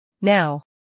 Now